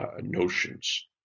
notions